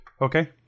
Okay